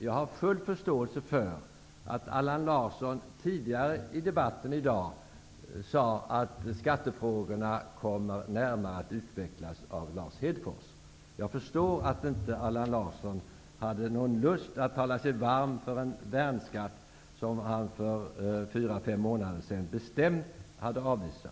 Jag har full förståelse för att Allan Larsson tidigare i debatten i dag sade att skattefrågorna närmare kommer att utvecklas av Lars Hedfors. Jag förstår att inte Allan Larsson hade någon lust att tala sig varm för en värnskatt som han för fyra fem månader sedan bestämt hade avvisat.